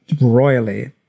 royally